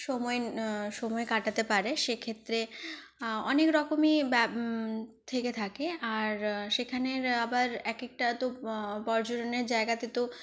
সময় সময় কাটাতে পারে সেক্ষেত্রে অনেকরকমই থেকে থাকে আর সেখানের আবার একেকটা তো পর্যটনের জায়গাতে তো